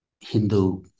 Hindu